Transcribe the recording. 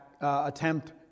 attempt